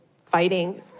fighting